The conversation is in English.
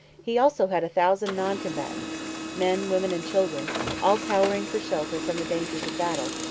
he also had a thousand non-combatants men, women, and children all cowering for shelter from the dangers of battle,